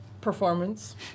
performance